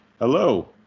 Hello